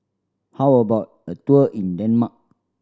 how about a tour in Denmark